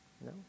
No